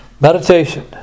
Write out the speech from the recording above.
Meditation